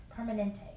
Permanente